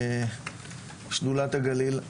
שדולת הגליל,